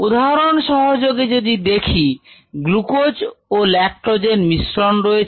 উদাহরণ সহযোগে যদি দেখি গ্লুকোজ ও ল্যাকটোজের মিশ্রণ রয়েছে